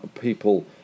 people